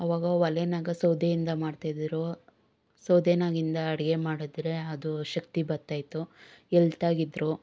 ಅವಾಗ ಒಲೆಯಾಗ ಸೌದೆಯಿಂದ ಮಾಡ್ತಿದ್ದರು ಸೌದೆಯಾಗಿಂದ ಅಡುಗೆ ಮಾಡಿದ್ರೆ ಅದು ಶಕ್ತಿ ಬತ್ತಾಯಿತ್ತು ಎಲ್ತಾಗಿದ್ರು